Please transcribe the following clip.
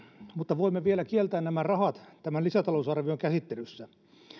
mutta voimme vielä kieltää nämä rahat tämän lisätalousarvion käsittelyssä